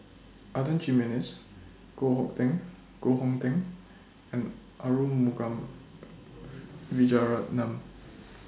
Adan Jimenez Koh Ho Teng Koh Hong Teng and Arumugam Vijiaratnam